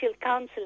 council